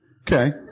Okay